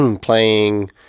playing